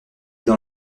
dans